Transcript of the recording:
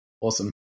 Awesome